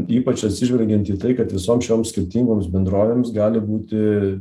ypač atsižvelgiant į tai kad visoms šioms skirtingoms bendrovėms gali būti